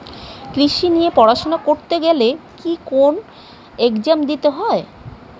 কৃষি নিয়ে পড়াশোনা করতে গেলে কি কোন এগজাম দিতে হয়?